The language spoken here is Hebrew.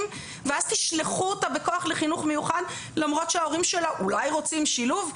ואז תשלחו אותה בכוח לחינוך מיוחד למרות שההורים שלה אולי רוצים שילוב?